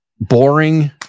boring